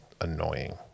annoying